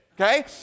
Okay